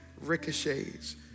ricochets